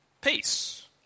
peace